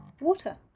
water